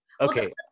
Okay